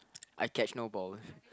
I catch no balls